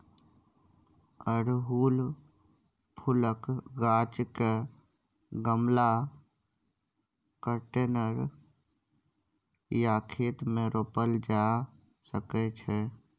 अड़हुल फुलक गाछ केँ गमला, कंटेनर या खेत मे रोपल जा सकै छै